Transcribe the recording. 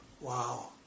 Wow